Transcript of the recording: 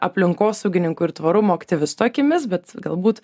aplinkosaugininkų ir tvarumo aktyvistų akimis bet galbūt